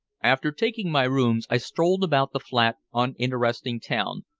after taking my rooms, i strolled about the flat, uninteresting town,